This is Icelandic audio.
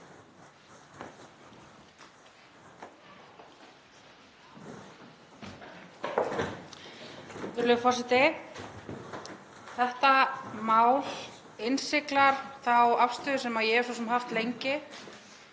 Þetta mál innsiglar þá afstöðu sem ég hef svo sem haft lengi,